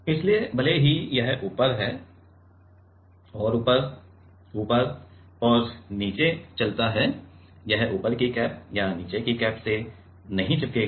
इसलिए भले ही यह ऊपर और ऊपर ऊपर और नीचे चलता है यह ऊपर की कैप या नीचे की कैप से नहीं चिपकेगा